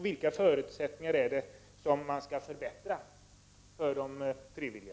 Vilka förutsättningar är det som man skall förbättra för de frivilliga?